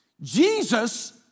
Jesus